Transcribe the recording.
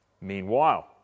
Meanwhile